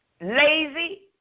lazy